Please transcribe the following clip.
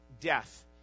death